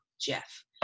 Jeff